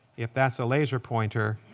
if that's a laser pointer,